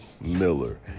Miller